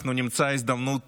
אנחנו נמצא הזדמנות